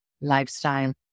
lifestyle